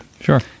Sure